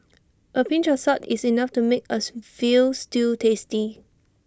A pinch of salt is enough to make as Veal Stew tasty